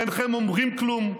אינכם אומרים כלום,